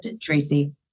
Tracy